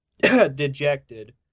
dejected